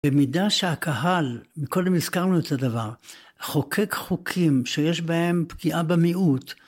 במידה שהקהל מקודם הזכרנו את הדבר חוקק חוקים שיש בהם פגיעה במיעוט